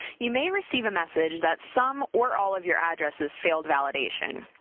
you may receive a message that some or all of your addresses failed validation.